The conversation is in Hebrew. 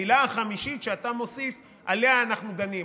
העילה החמישית שאתה מוסיף, עליה אנחנו דנים.